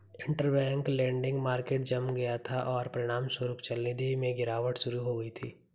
interbank lending market जम गया था, और परिणामस्वरूप चलनिधि में गिरावट शुरू हो गई थी